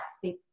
see